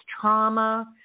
trauma